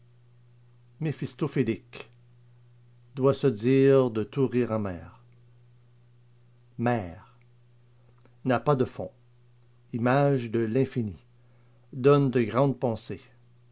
méphistophélique doit se dire de tout rire amer mer n'a pas de fond image de l'infini donne de grandes pensées